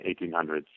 1800s